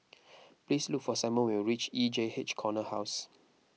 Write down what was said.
please look for Simon when you reach E J H Corner House